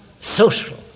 social